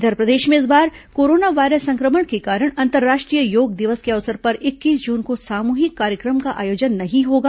इधर प्रदेश में इस बार कोरोना वायरस संक्रमण के कारण अंतर्राष्ट्रीय योग दिवस के अवसर पर इक्कीस जून को सामूहिक कार्यक्रम का आयोजन नहीं होगा